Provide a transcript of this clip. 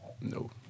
no